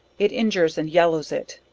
it injures and yellows it,